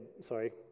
Sorry